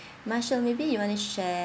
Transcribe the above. marshal maybe you want to share